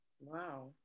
Wow